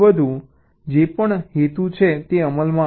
તેથી જે પણ હેતુ છે તે અમલમાં આવશે